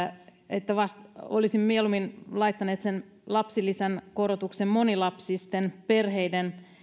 että mieluummin olisivat laittaneet sen lapsilisän korotuksen monilapsisten perheiden